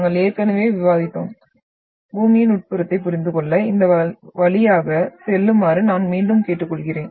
நாங்கள் ஏற்கனவே விவாதித்தோம் பூமியின் உட்புறத்தைப் புரிந்துகொள்ள இந்த வழியாக செல்லுமாறு நான் மீண்டும் கேட்டுக்கொள்கிறேன்